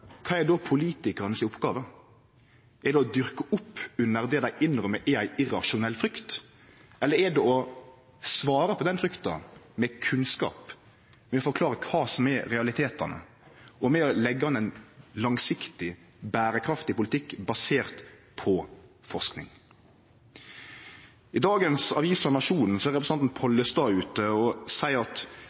kva som er oppgåva til politikarane. Er det å fyre opp under det dei innrømmer er ei irrasjonell frykt, eller er det å svare på den frykta med kunnskap, med å forklare kva som er realitetane, og med å leggje opp til ein langsiktig berekraftig politikk basert på forsking? I dagens utgåve av avisa Nationen seier representanten Pollestad: